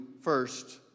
first